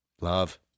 Love